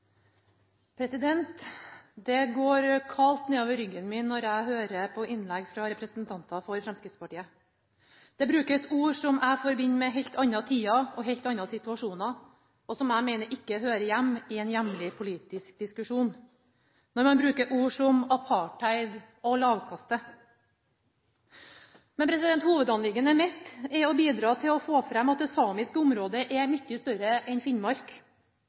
går kaldt nedover ryggen min når jeg hører på innlegg fra representanter for Fremskrittspartiet. Det brukes ord som jeg forbinder med helt andre tider og helt andre situasjoner, og som jeg mener ikke hører hjemme i en hjemlig politisk diskusjon – ord som «apartheid» og «lavkaste». Hovedanliggendet mitt er å bidra til å få fram at det samiske området er mye større enn Finnmark,